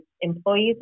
employees